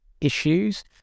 issues